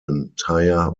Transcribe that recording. entire